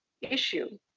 issue